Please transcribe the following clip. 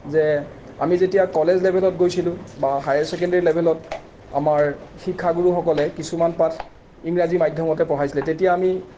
যে আমি যেতিয়া কলেজ লেবেলত গৈছিলোঁ বা হায়াৰ ছেকেণ্ডেৰি লেবেলত আমাৰ শিক্ষাগুৰুসকলে কিছুমান পাঠ ইংৰাজী মাধ্যমতে পঢ়াইছিলে তেতিয়া আমি